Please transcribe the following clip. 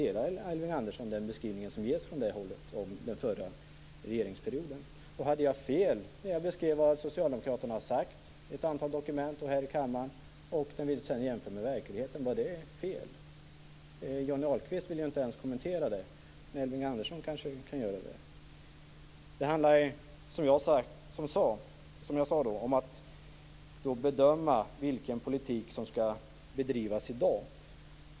Delar Elving Andersson den beskrivning som getts från det hållet om den förra regeringsperioden? Hade jag fel när jag beskrev vad socialdemokraterna har sagt i ett antal dokument och här i kammaren och sedan jämförde med verkligheten? Var det fel? Johnny Ahlqvist ville inte ens kommentera det. Men Elving Andersson kanske kan göra det. Det handlar som jag tidigare sade om att bedöma vilken politik som skall bedrivas i dag.